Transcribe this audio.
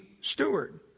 steward